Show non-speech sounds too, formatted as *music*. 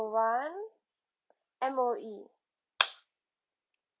one M_O_E *noise*